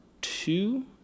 Two